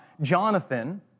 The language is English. Jonathan